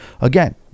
again